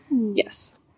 Yes